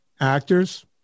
actors